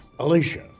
Alicia